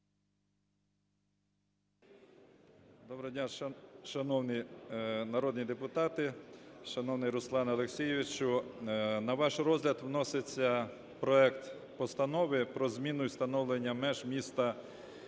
Доброго дня, шановні народні депутати, шановний Руслане Олексійовичу! На ваш розгляд вноситься проект Постанови про зміну і встановлення меж міста